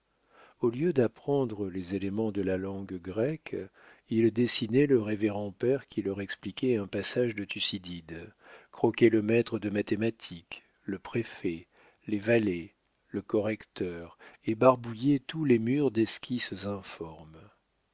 au lieu d'apprendre les éléments de la langue grecque il dessinait le révérend père qui leur expliquait un passage de thucydide croquait le maître de mathématiques le préfet les valets le correcteur et barbouillait tous les murs d'esquisses informes